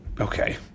Okay